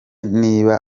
niba